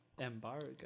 Embargo